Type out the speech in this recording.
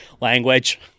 Language